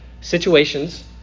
situations